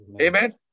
Amen